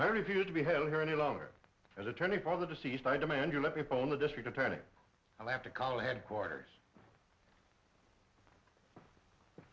i refuse to be held here any longer as attorney for the deceased i demand you let people in the district attorney and i have to call headquarters